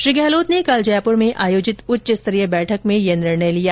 श्री गहलोत ने कल जयपुर में आयोजित उच्चस्तरीय बैठक में यह निर्णय लिया